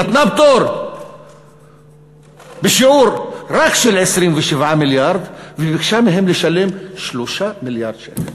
נתנה פטור בשיעור רק של 27 מיליארד וביקשה מהם לשלם 3 מיליארד שקל.